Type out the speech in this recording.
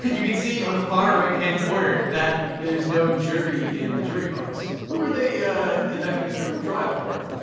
but you can see on the far right hand corner that there's no jury in the jury box. who are they conducting this criminal trial for?